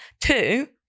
Two